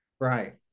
Right